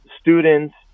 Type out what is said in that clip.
students